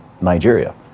Nigeria